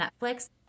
netflix